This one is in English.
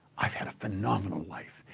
i've had a phenomenal life,